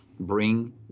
Bring